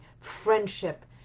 friendship